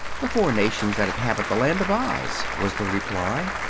the four nations that inhabit the land of oz, was the reply.